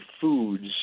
foods